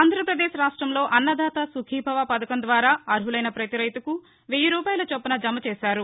ఆంధ్రప్రదేశ్ రాష్టంలో అన్నదాత సుఖీభవ పథకం ద్వారా అర్వులైన ప్రతిరైతుకు వెయ్యి రూపాయలు చొప్పున జమచేశారు